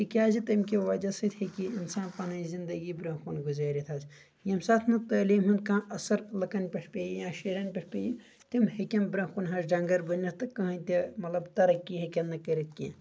تِکیٛازِ تمہِ کہِ وجہ سۭتۍ ہٮ۪کہِ انسان پنٕنۍ زندگی برٛونٛہہ کُن گُزٲرتھ حٕظ ییٚمہِ ساتہٕ نہٕ تعلیٖم ہُنٛد کانٛہہ اثر لُکن پٮ۪تھ پٮ۪یہِ یا شُرٮ۪ن پٮ۪ٹھ پیٚیہِ تِم ہٮ۪کن برٛونٛہہ کُن حٕظ ڈنگر بٔنِتھ کٔہٕنۍ تہِ مطلب ترقی ہٮ۪کَن نہٕ کٔرتھ کینٛہہ